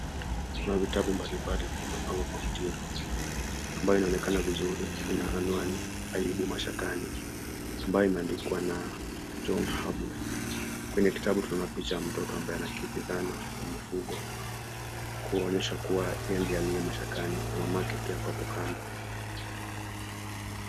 Kuna vitabu mbali mbali vilivyo pangwa kwa mtindo, ambayo inaonekana vizuri ina anwani Aibu Mashakani. Ambayo imeandikwa na John Abu. Kwenye kitabu tunaona picha mtoto ambaye anakimbizana na mifugo kuonyesha kuwa ye ndio ako Mashakani. Na mamake pia ako hapo kando.